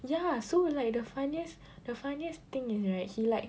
ya so like the funniest the funniest thing is right he like